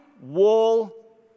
wall